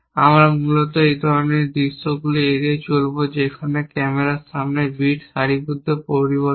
আমরা মূলত এই ধরনের দৃশ্যগুলি এড়িয়ে চলব যেখানে ক্যামেরার সামান্য বিট সারিবদ্ধ পরিবর্তন